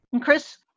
Chris